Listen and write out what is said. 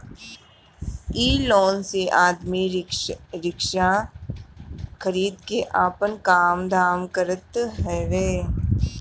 इ लोन से आदमी रिक्शा खरीद के आपन काम धाम करत हवे